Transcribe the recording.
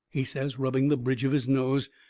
he says, rubbing the bridge of his nose,